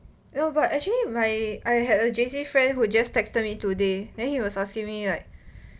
ya but actually right I had a J_C friend who just texted me today then he was asking me like